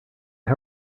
how